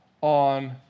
on